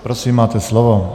Prosím, máte slovo.